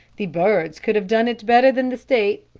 the birds could have done it better than the state,